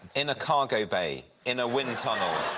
in a cargo bay, in a wind tunnel,